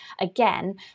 again